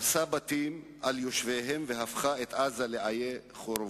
הרסה בתים על יושביהם והפכה את עזה לעיי חורבות.